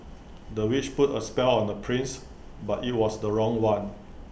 the witch put A spell on the prince but IT was the wrong one